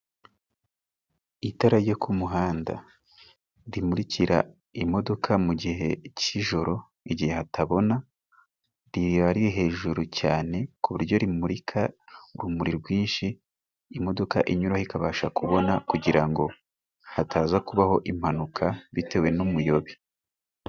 Itara ryo ku muhanda rimurikira imodoka mu gihe cy'ijoro igihe hatabona. Riri hejuru cyane ku buryo rimurika urumuri rwinshi imodoka inyuraho ikabasha kubona kugira ngo hataza kubaho impanuka bitewe n'umuyobe.